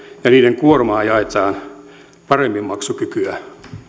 ja niiden kuormaa jaetaan myös paremmin maksukykyä